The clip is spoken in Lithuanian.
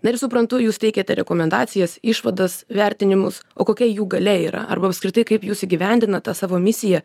na ir suprantu jūs teikiate rekomendacijas išvadas vertinimus o kokia jų galia yra arba apskritai kaip jūs įgyvendinat tą savo misiją